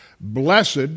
blessed